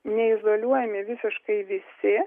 neizoliuojami visiškai visi